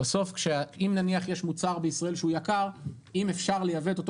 אם נניח שיש מוצר בישראל שהוא יקר אם אפשר לייבא את אותו